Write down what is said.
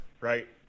right